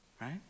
right